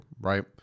Right